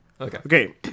Okay